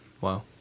Wow